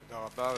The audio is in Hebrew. תודה רבה.